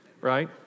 right